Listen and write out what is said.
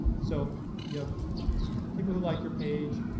so you have people who like your page,